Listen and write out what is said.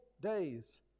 days